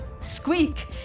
Squeak